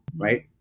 right